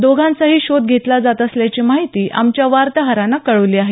दोघांचाही शोध घेतला जात असल्याची माहिती आमच्या वार्ताहरानं कळवली आहे